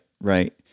right